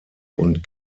und